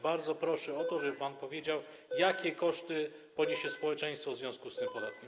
Bardzo proszę o to, żeby pan powiedział, jakie koszty poniesie społeczeństwo w związku z tym podatkiem.